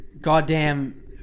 goddamn